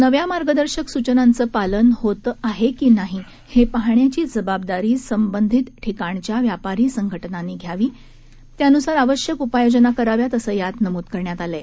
नव्या मार्गदर्शक सूचनांचं पालन होत आहे की नाही हे पाहण्याची जबाबदारी संबंधित ठिकाणच्या व्यापारी संघटनांनी घ्यावी त्यानुसार आवश्यक उपाययोजना कराव्यात असं यामध्ये नमूद करण्यात आलं आहे